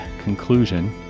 conclusion